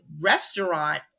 restaurant